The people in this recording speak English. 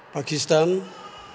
Pakistan